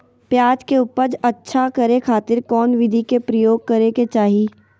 प्याज के उपज अच्छा करे खातिर कौन विधि के प्रयोग करे के चाही?